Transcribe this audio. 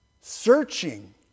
searching